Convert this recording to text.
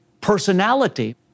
personality